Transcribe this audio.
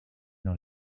dans